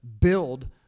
build